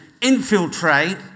infiltrate